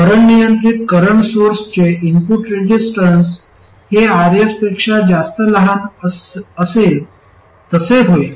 current नियंत्रित current सोर्सचे input resistance हे Rs पेक्षा जास्त लहान असेल तसे होईल